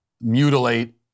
mutilate